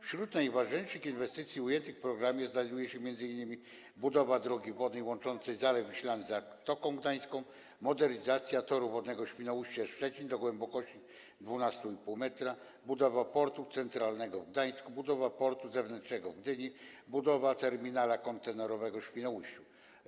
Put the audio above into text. Wśród najważniejszych inwestycji ujętych w programie znajdują się m.in.: budowa drogi wodnej łączącej Zalew Wiślany z Zatoką Gdańską, modernizacja toru wodnego Świnoujście - Szczecin do głębokości 12,5 m, budowa portu centralnego w Gdańsku, budowa portu zewnętrznego w Gdyni i budowa terminala kontenerowego w Świnoujściu.